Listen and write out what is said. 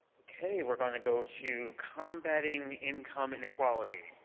okay. we're going to go to combating income inequality,